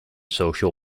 social